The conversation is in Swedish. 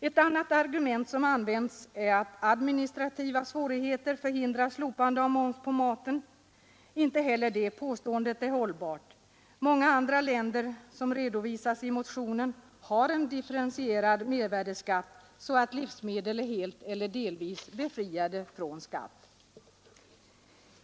Ett annat argument som använts är att administrativa svårigheter förhindrar slopande av moms på maten. Inte heller det påståendet är hållbart. Många andra länder som redovisas i motionen har en differentierad mervärdeskatt, så att livsmedel är helt eller delvis befriade från skatt.